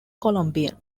colombian